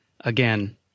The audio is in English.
again